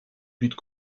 buts